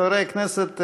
חברי הכנסת,